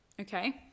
okay